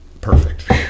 Perfect